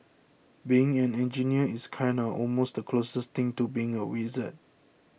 being an engineer is kinda almost the closest thing to being a wizard